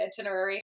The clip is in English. itinerary